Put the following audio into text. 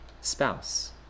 spouse